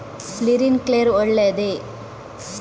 Sprinkler ಒಳ್ಳೇದೇ?